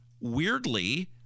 weirdly